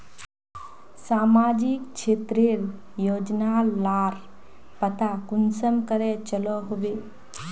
सामाजिक क्षेत्र रेर योजना लार पता कुंसम करे चलो होबे?